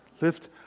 Lift